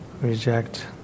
reject